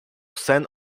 sen